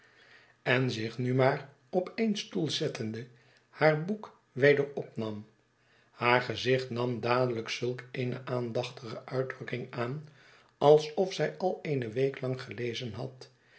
en zich nu maar op een stoel zettende haar boek weder opnam haar gezicht nam dadelijk zulk eene aandachtige uitdrukking aan alsof zij al eene week lang gelezen had